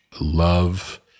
love